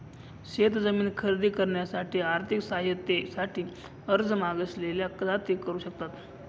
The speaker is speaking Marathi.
शेत जमीन खरेदी करण्यासाठी आर्थिक सहाय्यते साठी अर्ज मागासलेल्या जाती करू शकतात